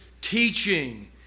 teaching